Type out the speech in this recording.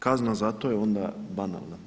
Kazna za to je onda banalna.